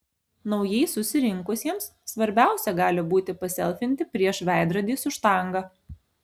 naujai susirinkusiems svarbiausia gali būti paselfinti prieš veidrodį su štanga